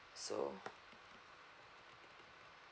so